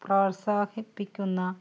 പ്രോത്സാഹിപ്പിക്കുന്ന